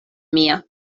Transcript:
mia